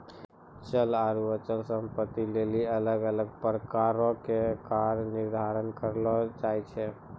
चल आरु अचल संपत्ति लेली अलग अलग प्रकारो के कर निर्धारण करलो जाय छै